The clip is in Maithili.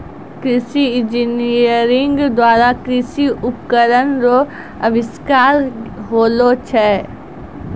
कृषि इंजीनियरिंग द्वारा कृषि उपकरण रो अविष्कार होलो छै